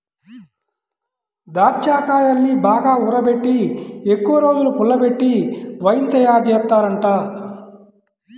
దాచ్చాకాయల్ని బాగా ఊరబెట్టి ఎక్కువరోజులు పుల్లబెట్టి వైన్ తయారుజేత్తారంట